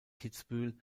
kitzbühel